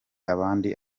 abandi